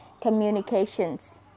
communications